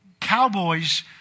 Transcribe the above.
Cowboys